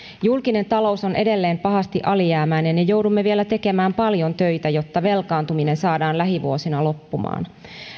julkinen talous on edelleen pahasti alijäämäinen ja joudumme vielä tekemään paljon töitä jotta velkaantuminen saadaan lähivuosina loppumaan